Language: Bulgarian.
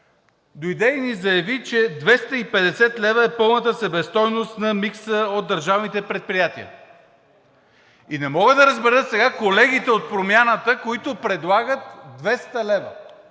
дойде и ни заяви, че 250 лв. е пълната себестойност на микса от държавните предприятия и не мога да разбера сега колегите от Промяната, които предлагат 200 лв.